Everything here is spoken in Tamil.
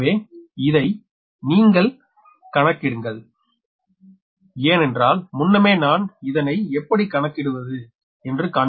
எனவே இதனை நீங்கள் கணக்கிடுங்கள் ஏனென்றால் முன்னமே நான் இதனை எப்படி கண்டுபிடிப்பது என்று